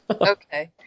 Okay